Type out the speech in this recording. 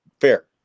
fair